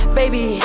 baby